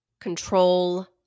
control